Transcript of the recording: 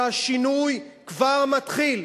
שהשינוי כבר מתחיל.